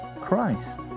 Christ